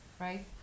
right